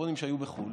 טלפונים שהיו בחו"ל,